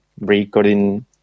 recording